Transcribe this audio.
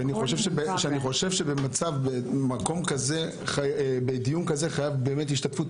אני חושב שבדיון כזה חייב שתהיה השתתפות